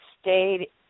stayed